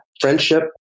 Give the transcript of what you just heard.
friendship